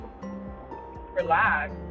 relax